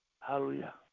Hallelujah